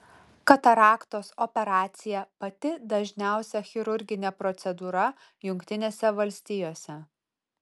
kataraktos operacija pati dažniausia chirurginė procedūra jungtinėse valstijose